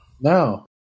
No